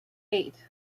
eight